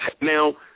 now